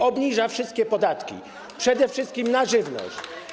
Obniża wszystkie podatki, przede wszystkim na żywność.